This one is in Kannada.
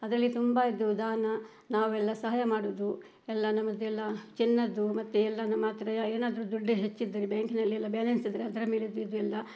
ಅದರಲ್ಲಿ ತುಂಬ ಇದು ದಾನ ನಾವೆಲ್ಲ ಸಹಾಯ ಮಾಡೋದು ಎಲ್ಲ ನಮ್ಮದೆಲ್ಲ ಚಿನ್ನದ್ದು ಮತ್ತೆ ಎಲ್ಲ ನಮ್ಮ ಹತ್ರ ಏನಾದರೂ ದುಡ್ದು ಹೆಚ್ಚಿದ್ದರೆ ಬ್ಯಾಂಕಿನಲ್ಲಿ ಎಲ್ಲ ಬ್ಯಾಲೆನ್ಸ್ ಇದ್ದರೆ ಅದರ ಮೇಲೆ ಇದ್ದಿದ್ದು ಎಲ್ಲ